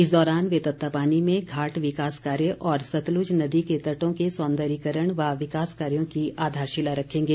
इस दौरान वे तत्तापानी में घाट विकास कार्य और सतलुज नदी के तटों के सौंदर्यीकरण व विकास कार्यों की आधारशिला रखेंगे